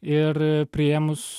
ir a priėmus